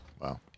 wow